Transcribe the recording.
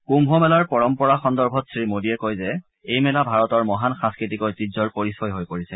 কুম্ভ মেলাৰ পৰম্পৰা সন্দৰ্ভত শ্ৰীমোদীয়ে কয় যে এই মেলা ভাৰতৰ মহান সাংস্কৃতিক ঐতিহ্যৰ পৰিচয় হৈ পৰিছে